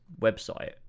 website